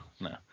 no